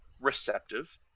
receptive